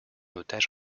otage